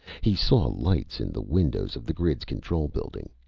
he saw lights in the windows of the grid's control building.